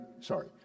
sorry